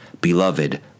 Beloved